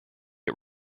get